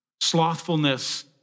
Slothfulness